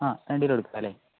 ആ രണ്ട് കിലോ എടുക്കാമല്ലെ